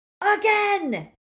again